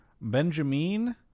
Benjamin